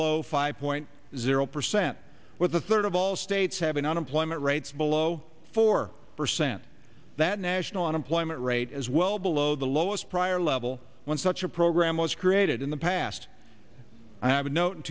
low five point zero percent with a third of all states having unemployment rates below four percent that national unemployment rate is well below the lowest prior level when such a program was created in the past i have note